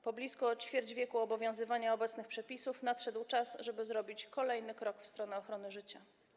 Po blisko ćwierć wieku obowiązywania obecnych przepisów nadszedł czas, żeby zrobić kolejny krok w stronę ochrony życia.